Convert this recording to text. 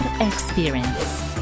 experience